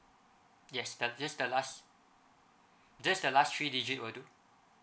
yes the just the last just the last three digit will do